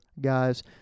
guys